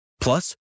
Plus